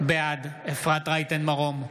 בעד אפרת רייטן מרום,